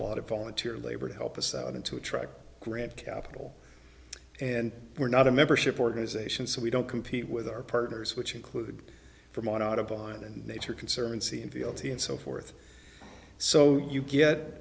of volunteer labor to help us out into attract grant capital and we're not a membership organization so we don't compete with our partners which include from audubon and nature conservancy and fealty and so forth so you get